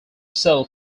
cell